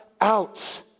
out